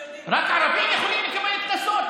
רק ערבים יכולים לקבל קנסות?